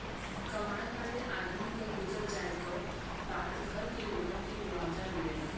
कमाए वाले आदमी क गुजर जाए क बाद घर के लोगन के मुआवजा मिलेला